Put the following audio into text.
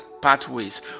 Pathways